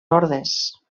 hordes